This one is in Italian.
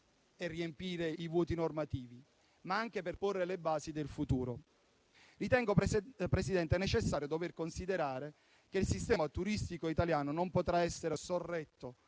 a riempire i vuoti normativi, ma anche a porre le basi del futuro. Ritengo necessario dover considerare, Presidente, che il sistema turistico italiano non potrà essere sorretto